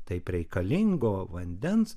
taip reikalingo vandens